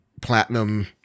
platinum